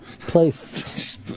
place